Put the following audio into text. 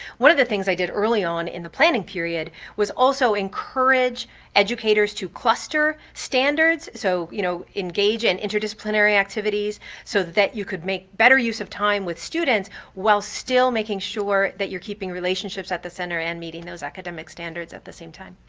one of the things i did early on in the planning period was also encourage educators to cluster standards, so, you know, engage in interdisciplinary activities so that you could make better use of time with students while still making sure that you're keeping relationships at the center and meeting those academic standards at the same time?